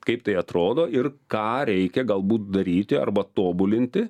kaip tai atrodo ir ką reikia galbūt daryti arba tobulinti